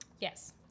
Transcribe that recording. Yes